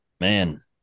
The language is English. Man